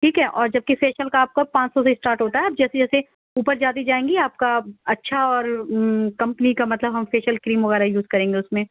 ٹھیک ہے اور جبکہ فیشیل کا آپ کو پانچ سو سے اسٹارٹ ہوتا ہے اور جیسے جیسے اوپر جاتی جائیں گی آپ کا اچھا اور کمپنی کا مطلب ہم فیشیل کریم وغیرہ یوز کریں گے اُس میں